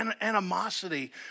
animosity